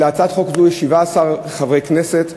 בהצעת חוק זו תומכים 17 חברי כנסת,